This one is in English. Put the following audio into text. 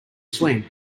swing